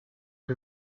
die